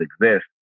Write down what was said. exist